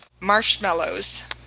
marshmallows